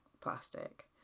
plastic